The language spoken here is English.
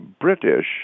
British